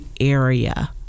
area